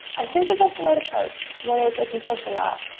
i think that that's the right approach, whether it's open source or not.